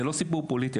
זה לא סיפור פוליטי,